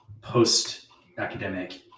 post-academic